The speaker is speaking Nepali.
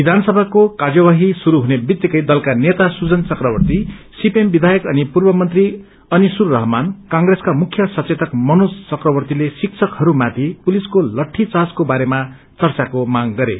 विधानसभाको कार्यवाही श्रुस हुने बित्तिकै दलका नेता सूजन चक्रवर्ता सीपीएम विधायक अनि पूर्व मन्त्री अनिपुर रहमान कंप्रेसका मुख्य सचेतक मनोज चक्रवर्ताले शिक्षकहरूमाथि पुसिसको लट्टीघार्जको बारेमा चर्चाको माग गरे